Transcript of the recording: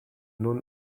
nun